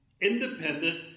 independent